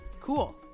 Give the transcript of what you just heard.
Cool